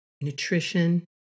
nutrition